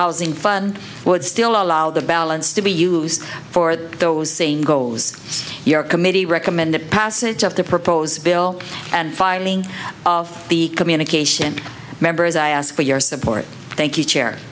housing fund would still allow the balance to be used for those same goals your committee recommended passage of the proposed bill and firing of the communication members i ask for your support thank you chair